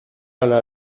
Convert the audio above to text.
alla